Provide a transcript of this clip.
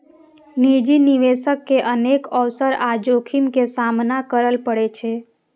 निजी निवेशक के अनेक अवसर आ जोखिम के सामना करय पड़ै छै